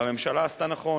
והממשלה עשתה נכון,